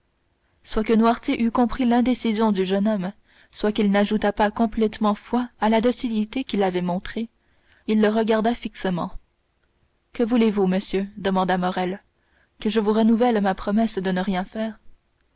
soit que noirtier eût compris l'indécision du jeune homme soit qu'il n'ajoutât pas complètement foi à la docilité qu'il avait montrée il le regarda fixement que voulez-vous monsieur demanda morrel que je vous renouvelle ma promesse de ne rien faire